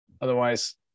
Otherwise